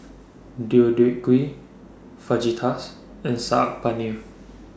Deodeok Gui Fajitas and Saag Paneer